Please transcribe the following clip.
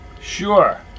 Sure